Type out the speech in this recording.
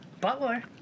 Butler